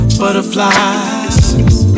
butterflies